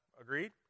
Agreed